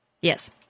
Yes